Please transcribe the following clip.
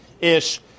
ish